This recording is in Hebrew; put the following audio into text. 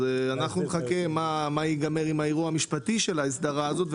אז אנחנו נחכה מה ייגמר עם האירוע המשפטי של ההסדרה הזאת.